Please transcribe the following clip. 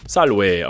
Salve